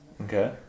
Okay